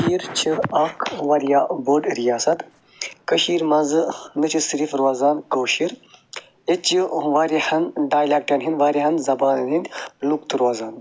کشیٖر چھِ اکھ واریاہ بٔڑ ریاست کشیٖرِ منٛز نَہ چھِ صرف روزان کٲشِر ییٚتہِ چھِ واریاہن ڈالیکٹن ہنٛدۍ واریاہن زبانن ہنٛدۍ لُکھ تہِ روزان